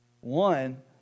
one